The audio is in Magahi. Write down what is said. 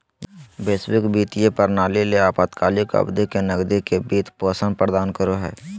वैश्विक वित्तीय प्रणाली ले अल्पकालिक अवधि के नकदी के वित्त पोषण प्रदान करो हइ